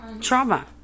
Trauma